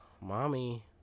Mommy